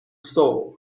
soul